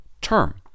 term